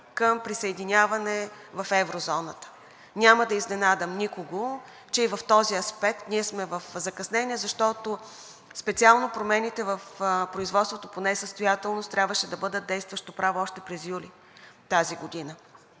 към присъединяване в еврозоната. Няма да изненадам никого, че и в този аспект ние сме в закъснение, защото специално промените в производството по несъстоятелност трябваше да бъдат действащо право още през юли тази година.